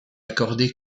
accordées